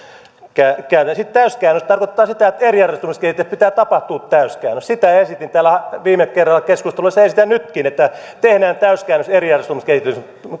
ja käytännössä sitten täyskäännös tarkoittaa sitä että eriarvoistumiskehityksessä pitää tapahtua täyskäännös sitä esitin täällä viime kerralla keskusteluissa ja esitän nytkin että tehdään täyskäännös eriarvoistumiskehityksen